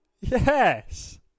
Yes